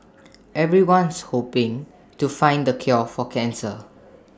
everyone's hoping to find the cure for cancer